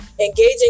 engaging